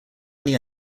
only